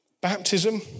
baptism